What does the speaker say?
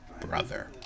brother